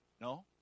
no